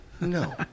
No